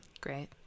great